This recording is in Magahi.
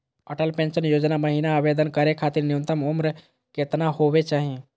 अटल पेंसन योजना महिना आवेदन करै खातिर न्युनतम उम्र केतना होवे चाही?